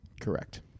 Correct